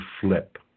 flip